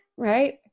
Right